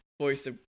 voice